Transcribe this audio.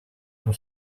nuo